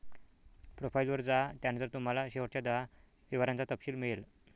profile वर जा, त्यानंतर तुम्हाला शेवटच्या दहा व्यवहारांचा तपशील मिळेल